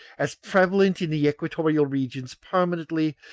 as prevalent in the equatorial regions permanently,